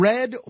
Red